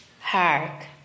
Hark